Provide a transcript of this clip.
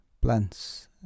plants